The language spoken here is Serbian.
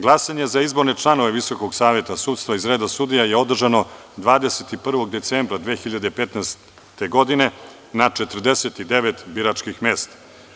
Glasanje za izborne članove VSS iz reda sudija je održano 21. decembra 2015. godine, na 49 biračkih mesta.